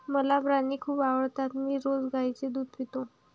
मला प्राणी खूप आवडतात मी रोज गाईचे दूध पितो